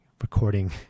recording